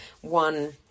one